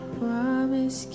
promise